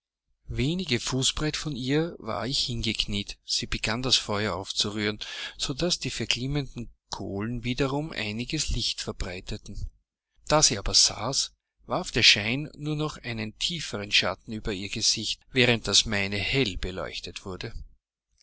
wenige fußbreit von ihr war ich hingekniet sie begann das feuer aufzurühren so daß die verglimmenden kohlen wiederum einiges licht verbreiteten da sie aber saß warf der schein nur noch einen tieferen schatten über ihr gesicht während das meine hell beleuchtet wurde